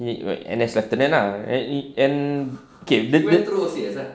he went N_S after then ah and he okay dia dia